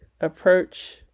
approach